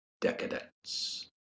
decadence